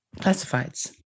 classifieds